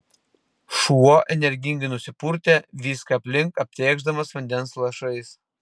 šuo energingai nusipurtė viską aplink aptėkšdamas vandens lašais